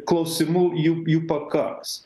klausimų jų jų pakaks